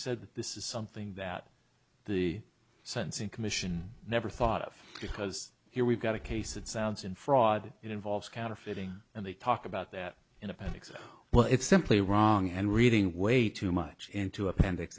that this is something that the sentencing commission never thought of because here we've got a case it sounds in fraud it involves counterfeiting and they talk about that in appendix well it's simply wrong and reading way too much into appendix